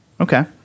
okay